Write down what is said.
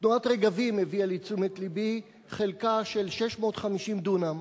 תנועת "רגבים" הביאה לתשומת לבי חלקה של 654 דונם,